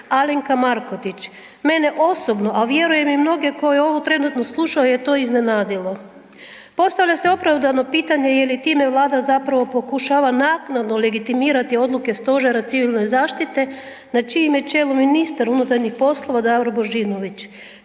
Alenka Markotić, mene osobno, a vjerujem i mnoge koji ovo trenutno slušaju je to iznenadilo. Postavlja se opravdano pitanje je li time Vlada zapravo pokušava naknadno legitimirati odluke Stožera civilne zaštite na čijem je čelu ministra unutarnjih poslova Davor Božinović,